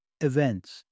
events